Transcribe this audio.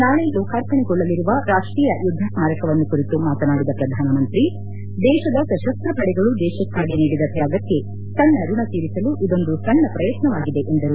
ನಾಳಿ ಲೋಕಾರ್ಪಣೆಗೊಳ್ಳಲಿರುವ ರಾಷ್ಟೀಯ ಯುದ್ದ ಸ್ಮಾರಕವನ್ನು ಕುರಿತು ಮಾತನಾಡಿದ ಪ್ರಧಾನಮಂತ್ರಿ ದೇಶದ ಸಶಸ್ತ್ರ ಪಡೆಗಳು ದೇಶಕ್ಕಾಗಿ ನೀಡಿದ ತ್ಯಾಗಕ್ಕೆ ದೇಶ ತನ್ನ ಋಣ ತೀರಿಸಲು ಇದೊಂದು ಸಣ್ಣ ಪ್ರಯತ್ನವಾಗಿದೆ ಎಂದರು